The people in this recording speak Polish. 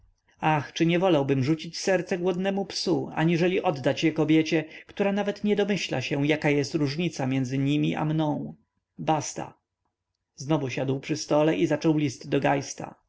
ach czy nie wolałbym rzucić serce głodnemu psu aniżeli oddać je kobiecie która nawet nie domyśla się jaka jest różnica między nimi a mną basta znowu siadł przy stole i zaczął list do geista